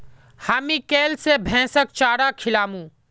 हामी कैल स भैंसक चारा खिलामू